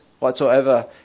whatsoever